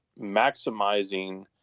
maximizing